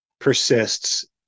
persists